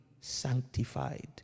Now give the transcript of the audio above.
sanctified